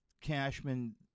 Cashman